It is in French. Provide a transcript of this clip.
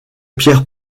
pierre